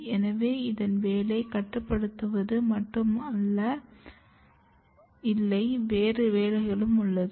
எனவே இதன் வேலை கட்டுப்படுத்துவது மட்டுமா இல்லை வேறு வேலைகள் உள்ளதா